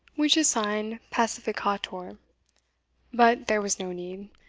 which is signed pacificator but there was no need,